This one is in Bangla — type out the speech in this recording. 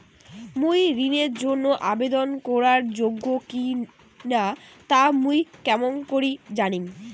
মুই ঋণের জন্য আবেদন করার যোগ্য কিনা তা মুই কেঙকরি জানিম?